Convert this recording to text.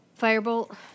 Firebolt